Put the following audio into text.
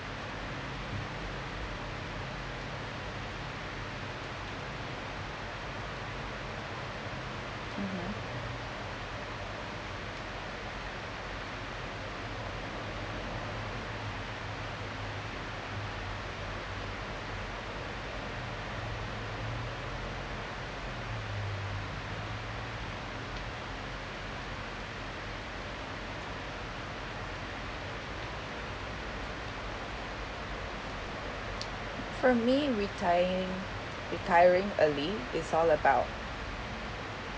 mmhmm for me retiring retiring early is all about